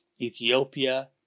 Ethiopia